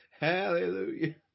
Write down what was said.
hallelujah